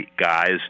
guys